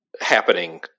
happening